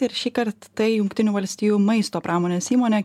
ir šįkart tai jungtinių valstijų maisto pramonės įmonė